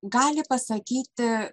gali pasakyti